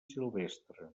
silvestre